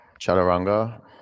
Chaturanga